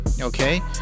Okay